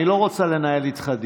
מה דעתך?